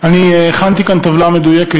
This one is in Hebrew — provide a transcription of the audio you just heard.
1. אני הכנתי כאן טבלה מדויקת,